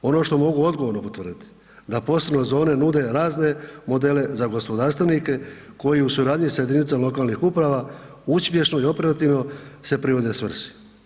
Ono što mogu odgovorno potvrditi da poslovne zone nude razne modele za gospodarstvenike koje u suradnji sa jedinicama lokalnih uprava uspješno i operativno se privode svrsi.